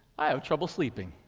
i have trouble sleeping.